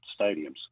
stadiums